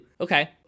Okay